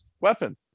weapon